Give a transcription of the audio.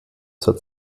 zur